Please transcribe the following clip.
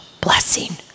blessing